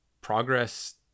progress